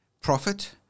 profit